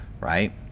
right